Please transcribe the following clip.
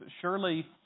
surely